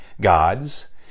gods